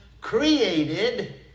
created